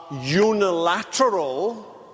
unilateral